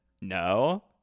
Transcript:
no